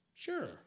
Sure